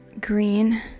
green